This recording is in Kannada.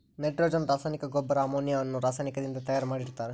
ನೈಟ್ರೋಜನ್ ರಾಸಾಯನಿಕ ಗೊಬ್ಬರ ಅಮೋನಿಯಾ ಅನ್ನೋ ರಾಸಾಯನಿಕದಿಂದ ತಯಾರ್ ಮಾಡಿರ್ತಾರ